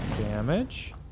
damage